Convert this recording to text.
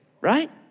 right